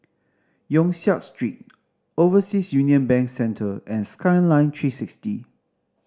Yong Siak Street Overseas Union Bank Centre and Skyline Three Sixty